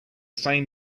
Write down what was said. same